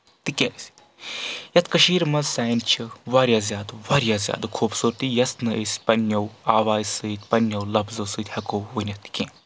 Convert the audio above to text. تِکیازِ یَتھ کٔشیٖر منٛز سانہِ چھِ واریاہ زیادٕ واریاہ زیادٕ خوٗبصوٗرتی یۄس نہٕ أسۍ پَنٕنیو آوازِ سۭتۍ پَنٕنیو لفظو سۭتۍ ہؠکو ؤنِتھ کینٛہہ